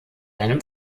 einem